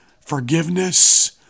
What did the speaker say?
forgiveness